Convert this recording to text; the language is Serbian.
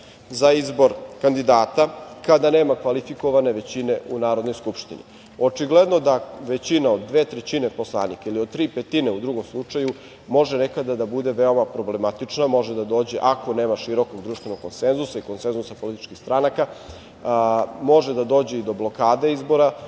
za izbor kandidata kada nema kvalifikovane većine u Narodnoj skupštini. Očigledno da većina od dve trećine poslanika ili od tri petine u drugom slučaju može nekada da bude veoma problematična, može da dođe, ako nema širokog društvenog konsenzusa i konsenzusa političkih stranaka, i do blokade izbora